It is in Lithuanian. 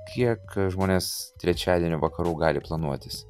kiek žmonės trečiadienio vakarų gali planuotis